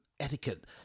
etiquette